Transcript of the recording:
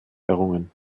errungen